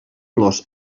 los